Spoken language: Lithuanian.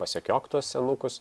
pasekiok tuos senukus